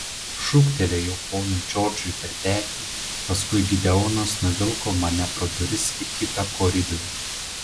šūktelėjau ponui džordžui per petį paskui gideonas nuvilko mane pro duris į kitą koridorių